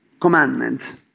commandment